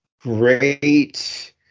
great